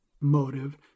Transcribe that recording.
motive